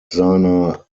seiner